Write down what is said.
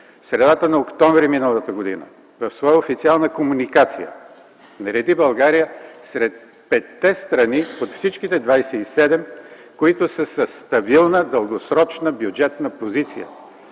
в средата на м. октомври миналата година в своя официална комуникация нареди България сред петте страни - от всичките 27, които са със стабилна дългосрочна бюджетна позиция